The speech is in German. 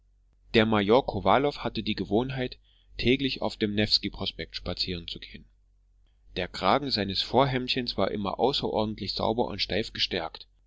der major kowalow hatte die gewohnheit täglich auf dem newski prospekt spazierenzugehen der kragen seines vorhemdchens war immer außerordentlich sauber und steif gestärkt